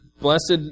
Blessed